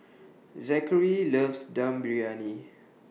Zackary loves Dum Briyani